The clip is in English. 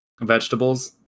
vegetables